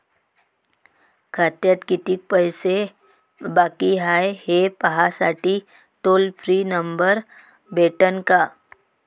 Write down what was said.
खात्यात कितीकं पैसे बाकी हाय, हे पाहासाठी टोल फ्री नंबर भेटन का?